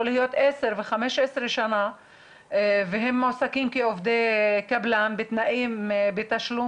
יכול להיות עשר ו-15 שנה והם מועסקים כעובדי קבלן בתשלום